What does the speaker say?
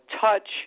touch